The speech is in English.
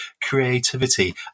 creativity